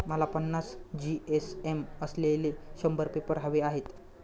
मला पन्नास जी.एस.एम असलेले शंभर पेपर हवे आहेत